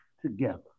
together